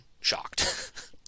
shocked